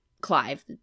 Clive